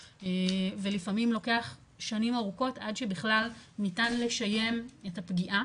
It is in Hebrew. ולפעמים לוקח שונים ארוכות עד שבכלל ניתן לשייך את הפגיעה.